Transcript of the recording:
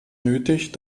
nötig